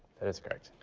that's correct.